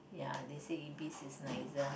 ya they say Ibis is nicer